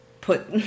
put